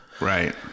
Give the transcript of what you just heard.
Right